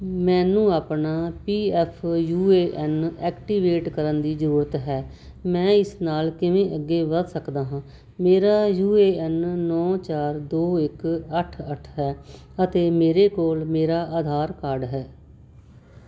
ਮੈਨੂੰ ਆਪਣਾ P F U A N activate ਕਰਨ ਦੀ ਜ਼ਰੂਰਤ ਹੈ ਮੈਂ ਇਸ ਨਾਲ ਕਿਵੇਂ ਅੱਗੇ ਵੱਧ ਸਕਦਾ ਹਾਂ ਮੇਰਾ ਯੂ ਏ ਐਨ ਨੌਂ ਚਾਰ ਦੋ ਇੱਕ ਅੱਠ ਅੱਠ ਹੈ ਅਤੇ ਮੇਰੇ ਕੋਲ ਮੇਰਾ ਆਧਾਰ ਕਾਰਡ ਹੈ